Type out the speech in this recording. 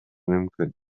мүмкүн